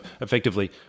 effectively